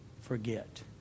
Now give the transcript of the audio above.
forget